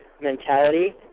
mentality